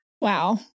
wow